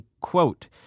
Quote